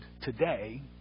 today